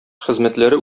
хезмәтләре